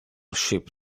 ship